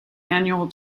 annual